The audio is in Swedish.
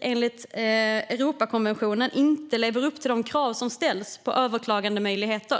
Enligt Europakonventionen lever vi inte upp till de krav som ställs på överklagandemöjligheter.